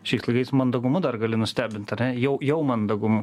šiais laikais mandagumu dar gali nustebint ar ne jau jau mandagumu